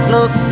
Look